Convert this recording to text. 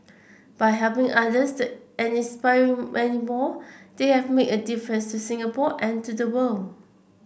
by helping others and inspiring many more they have made a differences in Singapore and to the world